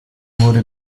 wurde